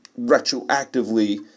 retroactively